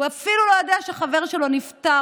הוא אפילו לא יודע שחבר שלו נפטר.